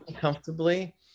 comfortably